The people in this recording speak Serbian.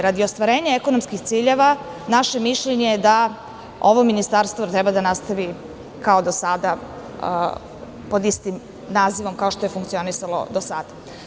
Radi ostvarenja ekonomskih ciljeva naše mišljenje je da ovo ministarstvo treba da nastavi kao do sada pod istim nazivom kao što je funkcionisalo do sada.